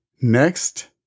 Next